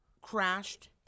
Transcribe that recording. crashed